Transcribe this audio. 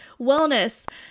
wellness